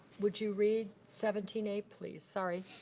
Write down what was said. would you read seventeen a please, sorry.